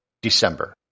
December